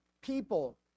people